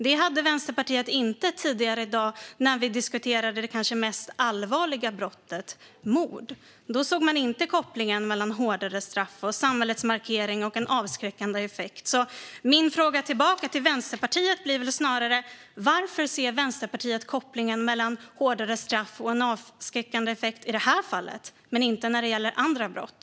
Det hade Vänsterpartiet inte tidigare i dag när vi diskuterade det kanske allvarligaste brottet, mord. Då såg man inte kopplingen mellan hårdare straff, samhällets markering och en avskräckande effekt. Min fråga tillbaka till Vänsterpartiet blir därför: Varför ser Vänsterpartiet kopplingen mellan hårdare straff och en avskräckande effekt i det här fallet, men inte när det gäller andra brott?